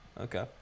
Okay